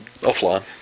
Offline